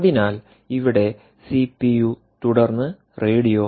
അതിനാൽ ഇവിടെ സിപിയു തുടർന്ന് റേഡിയോ